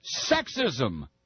sexism